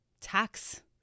tax